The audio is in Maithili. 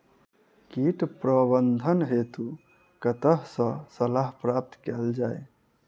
कीट प्रबंधन हेतु कतह सऽ सलाह प्राप्त कैल जाय?